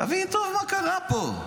תבין טוב מה קרה פה.